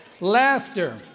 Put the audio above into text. Laughter